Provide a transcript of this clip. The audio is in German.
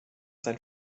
sein